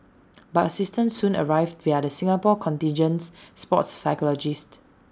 but assistance soon arrived via the Singapore contingent's sports psychologist